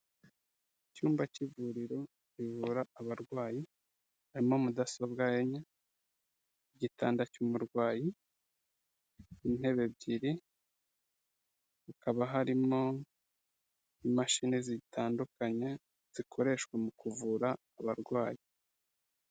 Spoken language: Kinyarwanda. Icyumba k'ivuriro rivura abarwayi, harimo mudasobwa enye, igitanda cy'umurwayi, intebe ebyiri, hakaba harimo imashini zitandukanye zikoreshwa mu kuvura abarwayi.